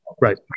Right